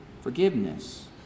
forgiveness